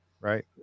right